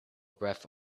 breath